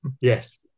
Yes